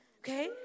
okay